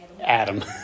Adam